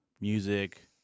music